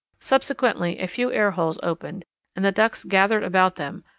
subsequently a few air-holes opened and the ducks gathered about them,